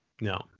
No